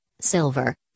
silver